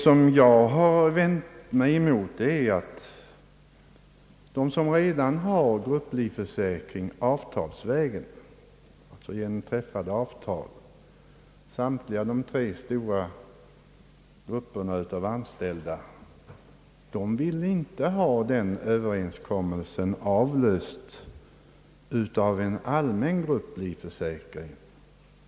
Vad jag har vänt mig emot är att de som redan har grupplivförsäkring genom träffade avtal, d.v.s. samtliga de tre stora grupperna av anställda, inte vill ha den överenskommelsen avlöst av en allmän grupplivförsäkring.